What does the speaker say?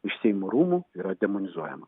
iš seimo rūmų yra demonizuojama